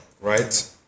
right